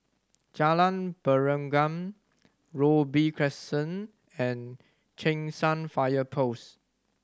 Jalan Pergam Robey Crescent and Cheng San Fire Post